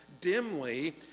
dimly